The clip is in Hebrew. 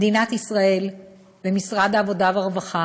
מדינת ישראל ומשרד העבודה והרווחה